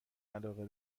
علاقه